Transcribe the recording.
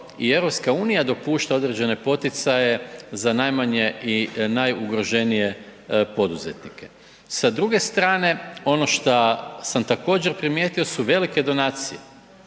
i EU dopušta određene poticaje za najmanje i najugroženije poduzetnike. Sa druge strane, ono što sam također primijetio su velike donacije